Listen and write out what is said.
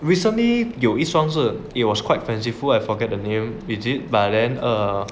recently 有一双是 it was quite fanciful I forget the name is it but then err